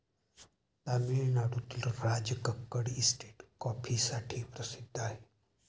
तामिळनाडूतील राजकक्कड इस्टेट कॉफीसाठीही प्रसिद्ध आहे